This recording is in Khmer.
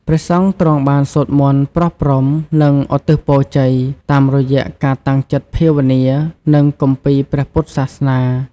ព្រះសង្ឃទ្រង់បាន សូត្រមន្ត ប្រោះព្រំ និងឧទ្ទិសពរជ័យ តាមរយៈការតាំងចិត្តភាវនា និងគម្ពីរព្រះពុទ្ធសាសនា។